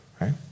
right